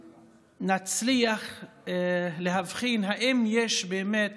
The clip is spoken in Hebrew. נצליח להבחין אם יש באמת